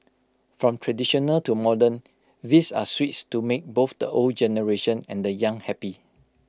from traditional to modern these are sweets to make both the old generation and the young happy